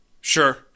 Sure